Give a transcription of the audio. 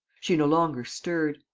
she no longer stirred.